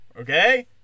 Okay